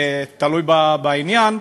תלוי בעניין,